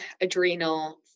adrenal